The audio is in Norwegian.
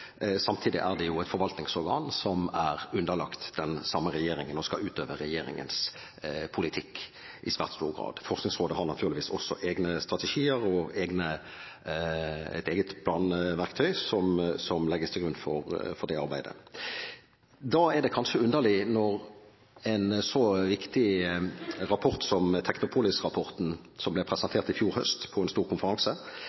samtidig som det er et forvaltningsorgan som er underlagt den samme regjeringen og det skal utøve regjeringens politikk i svært stor grad. Forskningsrådet har naturligvis også egne strategier og et eget planverktøy som legges til grunn for det arbeidet. Når da en så viktig rapport som Technopolis-rapporten – som ble